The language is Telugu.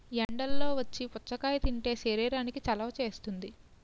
ఎండల్లో నుంచి వచ్చి పుచ్చకాయ తింటే శరీరానికి చలవ చేస్తుంది